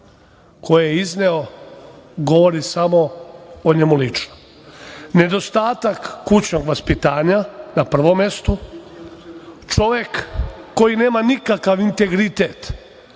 koje je izneo govore samo o njemu lično. Nedostatak kućnog vaspitanja, na prvom mestu. Čovek koji nema nikakav integritet,